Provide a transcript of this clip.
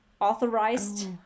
authorized